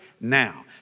now